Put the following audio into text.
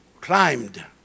climbed